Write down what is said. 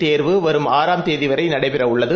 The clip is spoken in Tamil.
தேர்வுவரும் ம்தேதிவரைநடைபெறவுள்ளது